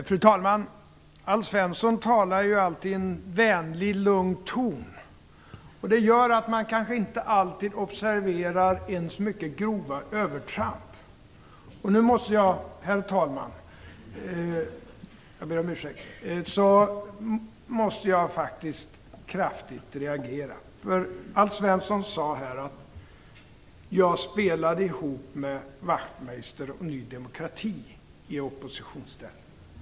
Herr talman! Alf Svensson talar alltid i en vänlig och lugn ton. Det gör att man kanske inte alltid observerar ens mycket grova övertramp. Nu måste jag, herr talman, kraftigt reagera. Alf Svensson sade här att jag spelade ihop med Wachtmeister och Ny demokrati i oppositionsställning.